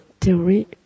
theory